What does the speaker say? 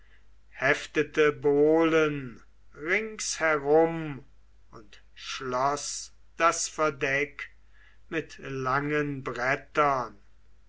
heftete bohlen ringsherum und schloß das verdeck mit langen brettern